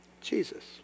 Jesus